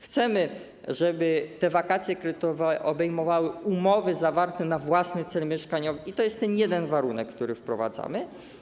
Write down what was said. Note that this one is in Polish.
Chcemy, żeby te wakacje kredytowe obejmowały umowy zawarte na własny cel mieszkaniowy, i to jest ten jeden warunek, który wprowadzamy.